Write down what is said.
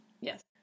Yes